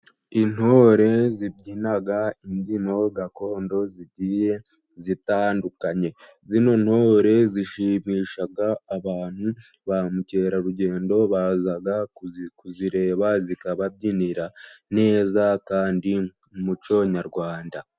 Intore zibyina imbyino gakondo zigiye zitandukanye, zino ntore zishimisha abantu, ba mukerarugendo baza kuzireba zikababyinira neza kandi mu muco nyarwanda.